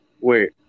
Wait